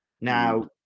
Now